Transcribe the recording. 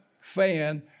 fan